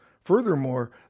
Furthermore